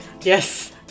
yes